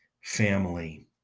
family